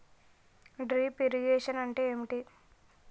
Drip irrigation అంటే ఏమిటి?